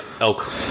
elk